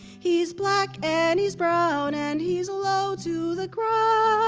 he's black and he's brown and he's low to the ground.